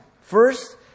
First